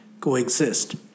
coexist